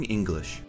English